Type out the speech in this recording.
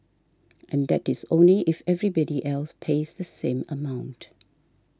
and that is only if everybody else pays the same amount